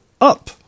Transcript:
up